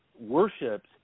worships